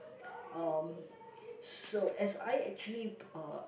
um so as I actually uh